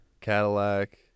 Cadillac